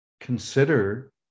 consider